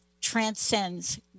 transcends